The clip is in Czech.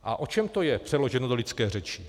A o čem to je, přeloženo do lidské řeči?